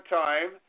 time